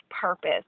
purpose